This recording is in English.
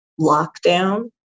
lockdown